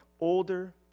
older